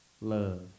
love